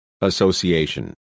Association